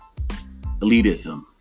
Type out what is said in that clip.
elitism